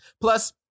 Plus